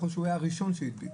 או שהוא היה הראשון שהדביק.